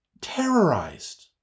terrorized